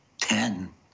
ten